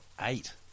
eight